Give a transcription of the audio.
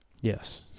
Yes